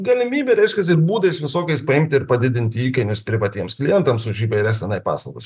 galimybę reiškiasi būdais visokiais paimti ir padidinti įkainius privatiems klientams už įvairias tenai paslaugas